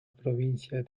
provincia